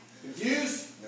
Confused